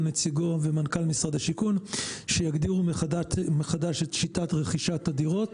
נציגו ומנכ"ל משרד השיכון שיגדירו מחדש את שיטת רכישת הדירות,